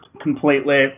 completely